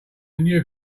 new